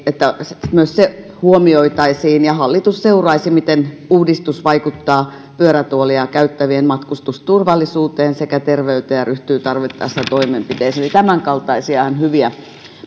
että myös se huomioitaisiin ja hallitus seuraisi miten uudistus vaikuttaa pyörätuolia käyttävien matkustusturvallisuuteen sekä terveyteen ja ryhtyisi tarvittaessa toimenpiteisiin eli tämänkaltaisia hyviä